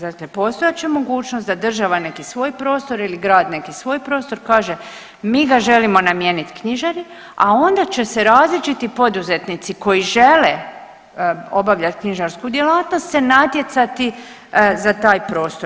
Dakle postojat će mogućnost da država neki svoj prostor ili grad neki svoj prostor kaže, mi ga želimo namijeniti knjižari, a onda će se različiti poduzetnici koji žele obavljati knjižarsku djelatnost se natjecati za taj prostor.